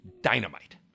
dynamite